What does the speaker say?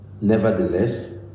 Nevertheless